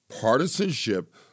partisanship